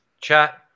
Chat